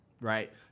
right